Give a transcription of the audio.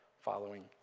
following